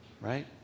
right